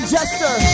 Jester